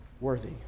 Worthy